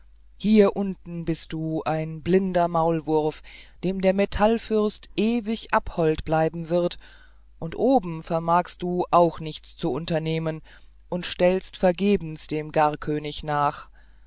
hier unten bist du ein blinder maulwurf dem der metallfürst ewig abhold bleiben wird und oben vermagst du auch nichts zu unternehmen und stellst vergebens dem garkönig nach